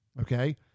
Okay